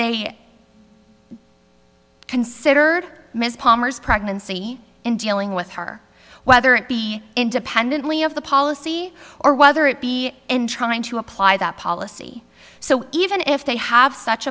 they consider ms palmer's pregnancy and dealing with her whether it be independently of the policy or whether it be in trying to apply that policy so even if they have such